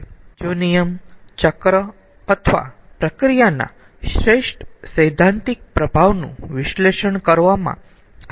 બીજો નિયમ ચક્ર અથવા પ્રક્રિયાના શ્રેષ્ઠ સૈદ્ધાંતિક પ્રભાવનું વિશ્લેષણ કરવામાં આપણને સહાય કરે છે